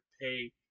pay